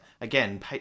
again